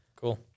Cool